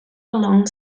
along